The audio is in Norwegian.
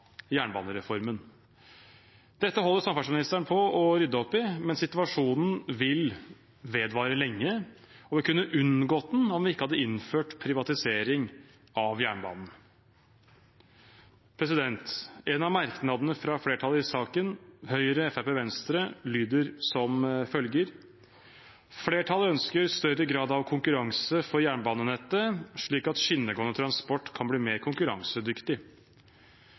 jernbanereformen. Dette holder samferdselsministeren på å rydde opp i, men situasjonen vil vedvare lenge, og vi kunne unngått den om vi ikke hadde innført privatisering av jernbanen. En av merknadene fra flertallet i saken, Høyre, Fremskrittspartiet og Venstre, lyder som følger: «Flertallet ønsker større grad av konkurranse for jernbanenettet, slik at skinnegående transport kan bli mer konkurransedyktig.»